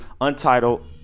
Untitled